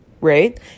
right